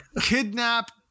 kidnap